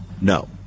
No